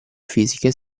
fisiche